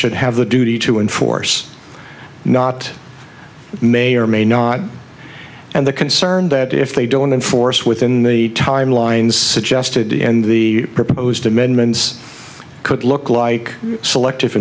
should have the duty to enforce not may or may not and the concern that if they don't enforce within the time lines suggested in the proposed amendments could look like selective